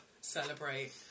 celebrate